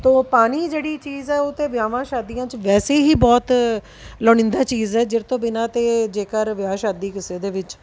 ਤੋ ਪਾਣੀ ਜਿਹੜੀ ਚੀਜ਼ ਹੈ ਉਹ ਤਾਂ ਵਿਆਵਾਂ ਸ਼ਾਦੀਆਂ 'ਚ ਵੈਸੇ ਹੀ ਬਹੁਤ ਲੋੜੀਂਦਾ ਚੀਜ਼ ਹੈ ਜਿਸ ਤੋਂ ਬਿਨਾਂ ਤਾਂ ਜੇਕਰ ਵਿਆਹ ਸ਼ਾਦੀ ਕਿਸੇ ਦੇ ਵਿੱਚ